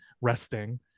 resting